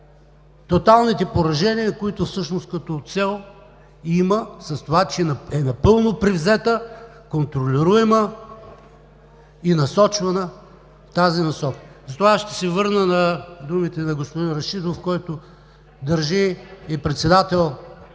тоталните поражения, които всъщност има като цел с това, че е напълно превзета, контролируема и насочвана в тази насока. Затова аз ще се върна на думите на господин Рашидов, който е председател